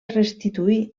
restituir